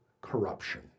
corruption